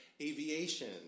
aviation